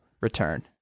return